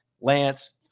Lance